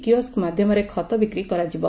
kiosk ମାଧ୍ଧମରେ ଖତ ବିକ୍ରୀ କରାଯିବ